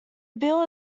bill